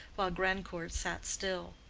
while grandcourt sat still.